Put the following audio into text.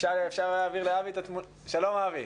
שלום אבי.